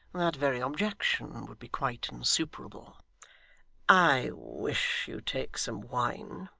that very objection would be quite insuperable i wish you'd take some wine